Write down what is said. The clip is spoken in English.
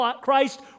Christ